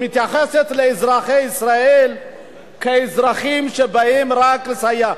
שמתייחסת לאזרחי ישראל כאזרחים שבאים רק לסייע.